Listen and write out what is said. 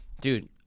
Dude